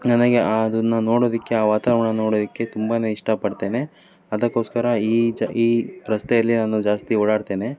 ನನಗೆ ಆದನ್ನು ನೋಡೋದಕ್ಕೆ ಆ ವಾತಾವರಣ ನೋಡೋದಕ್ಕೆ ತುಂಬ ಇಷ್ಟಪಡ್ತೇನೆ ಅದಕ್ಕೋಸ್ಕರ ಈ ಜ ಈ ರಸ್ತೆಯಲ್ಲಿ ನಾನು ಜಾಸ್ತಿ ಓಡಾಡ್ತೇನೆ